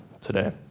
today